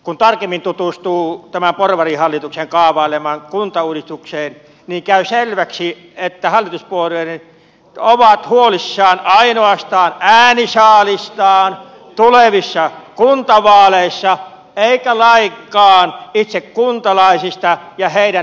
kun tarkemmin tutustuu tämän porvarihallituksen kaavailemaan kuntauudistukseen niin käy selväksi että hallituspuolueet ovat huolissaan ainoastaan äänisaaliistaan tulevissa kuntavaaleissa eivätkä lainkaan itse kuntalaisista ja heidän hyvinvoinnistaan